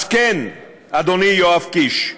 אז כן, אדוני, יואב קיש,